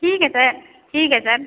ठीक है सर ठीक है सर